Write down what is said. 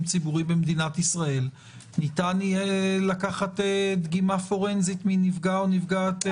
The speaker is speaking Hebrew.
ציבורי במדינת ישראל ניתן יהיה לקחת דגימה פורנזית מנפגע או מנפגעת.